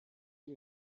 you